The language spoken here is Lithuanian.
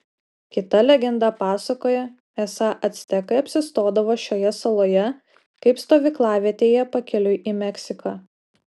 kita legenda pasakoja esą actekai apsistodavo šioje saloje kaip stovyklavietėje pakeliui į meksiką